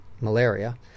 malaria